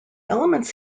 elements